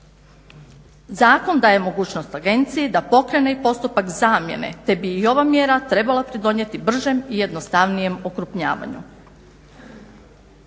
Zakon daje mogućnost agenciji da pokrene i postupak zamjene te bi i ova mjera trebala pridonijeti bržem i jednostavnijem okrupnjavanju.